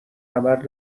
نبرد